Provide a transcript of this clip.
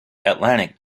atlantic